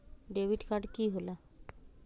Debit card की होला?